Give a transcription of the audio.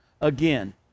again